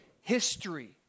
history